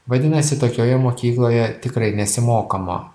vadinasi tokioje mokykloje tikrai nesimokoma